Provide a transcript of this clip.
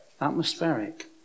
Atmospheric